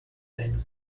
been